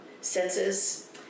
senses